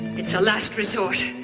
it's a last resort,